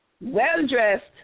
well-dressed